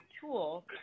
tool